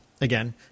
again